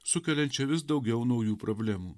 sukeliančia vis daugiau naujų problemų